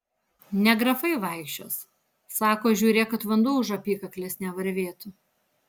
ne grafai vaikščios sako žiūrėk kad vanduo už apykaklės nevarvėtų